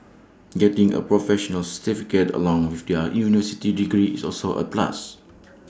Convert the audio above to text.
getting A professional certificate along with their university degree is also A plus